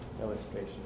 illustration